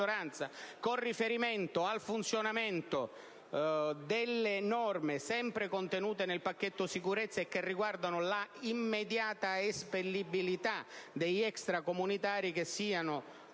con riferimento al funzionamento delle norme, sempre contenute nel pacchetto sicurezza, che riguardano l'immediata espellibilità degli extracomunitari che siano ospiti